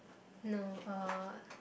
no uh